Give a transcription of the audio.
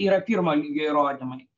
yra pirmo lygio įrodymai